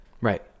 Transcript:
Right